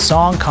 Song